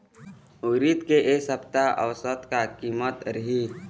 उरीद के ए सप्ता औसत का कीमत रिही?